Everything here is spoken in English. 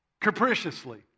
capriciously